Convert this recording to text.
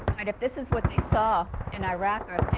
and if this is what they saw in iraq or